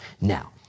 Now